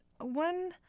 one